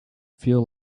feel